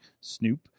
Snoop